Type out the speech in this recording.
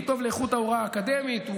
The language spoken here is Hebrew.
הוא טוב לאיכות ההוראה האקדמית,